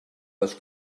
les